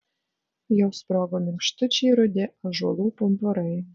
jau sprogo minkštučiai rudi ąžuolų pumpurai